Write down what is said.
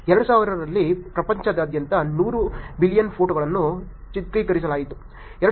2000 ರಲ್ಲಿ ಪ್ರಪಂಚದಾದ್ಯಂತ 100 ಬಿಲಿಯನ್ ಫೋಟೋಗಳನ್ನು ಚಿತ್ರೀಕರಿಸಲಾಯಿತು